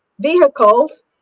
vehicles